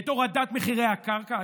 את הורדת מחירי הקרקע.